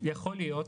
יכול להיות.